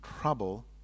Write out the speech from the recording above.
trouble